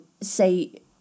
say